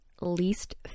least